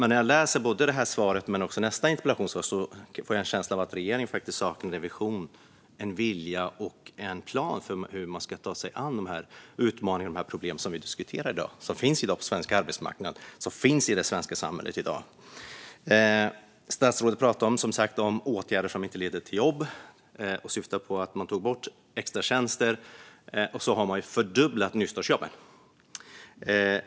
När jag hör statsrådets svar får jag en känsla av att regeringen saknar en vision, vilja och plan för hur man ska ta sig an de utmaningar och problem som vi i dag diskuterar och som finns på den svenska arbetsmarknaden och i det svenska samhället i dag. Statsrådet pratar om åtgärder som inte leder till jobb och syftar på att man har tagit bort extratjänsterna och fördubblat nystartsjobben.